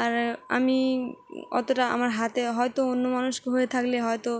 আর আমি অতটা আমার হাতে হয়তো অন্য মানুষ হয়ে থাকলে হয়তো